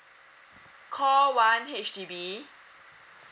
call one H_D_B